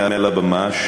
מעל הבמה,